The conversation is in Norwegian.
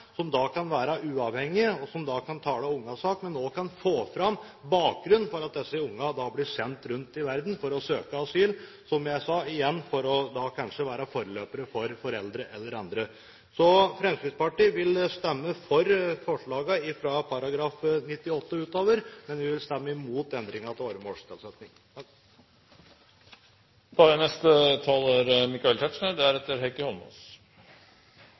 som også kan få fram bakgrunnen for at disse barna blir sendt rundt i verden for å søke asyl – igjen som jeg sa, for kanskje å være forløpere for foreldre eller andre. Fremskrittspartiet vil stemme for § 98 og utover, men vi vil stemme imot endringen av åremålstilsetting. To poeng i en sak som ikke er